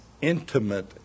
intimate